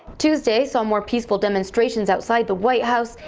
tuesday saw more peaceful demonstrations outside the white house,